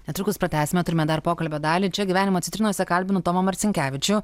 netrukus pratęsime turime dar pokalbio dalį čia gyvenimo citrinose kalbinu tomą marcinkevičių